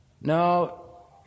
No